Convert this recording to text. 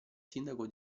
sindaco